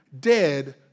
dead